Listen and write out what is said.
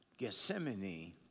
Gethsemane